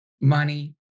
money